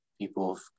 people